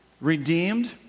Redeemed